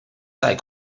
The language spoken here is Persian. سعی